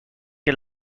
que